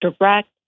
direct